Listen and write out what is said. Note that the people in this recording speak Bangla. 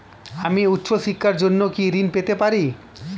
আমি উচ্চশিক্ষার জন্য কি ঋণ পেতে পারি?